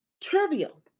trivial